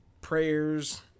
Prayers